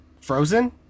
Frozen